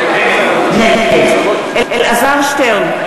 נגד אלעזר שטרן,